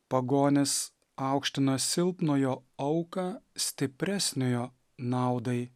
pagonys aukština silpnojo auką stipresniojo naudai